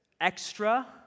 Extra